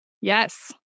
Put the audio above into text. Yes